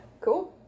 cool